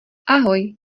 ahoj